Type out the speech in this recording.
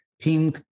team